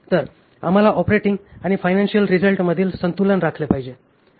तर आम्हाला ऑपरेटिंग आणि फायनान्शियल रिझल्टमधील संतुलन राखले पाहिजे